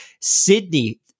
Sydney